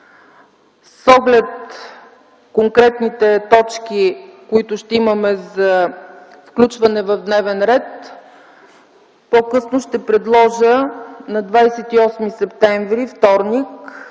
С оглед конкретните точки, които ще имаме за включване в дневен ред, по-късно ще предложа на 28 септември, вторник,